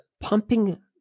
pumping